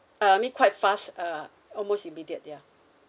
uh I mean quite fast uh almost immediate yeah